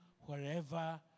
wherever